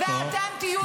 תודה רבה.